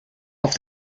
auf